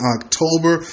October